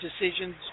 decisions